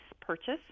purchase